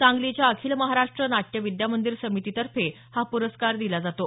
सांगलीच्या अखिल महाराष्ट्र नाट्य विद्यामंदिर समितीतर्फे हा प्रस्कार दिला जातो